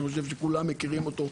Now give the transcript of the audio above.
אני חושב שכולם מכירים אותו,